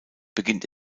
beginnt